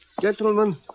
Gentlemen